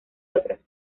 otros